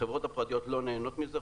החברות הפרטיות לא נהנות מזה,